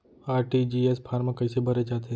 RTGS form कइसे भरे जाथे?